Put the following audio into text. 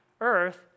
earth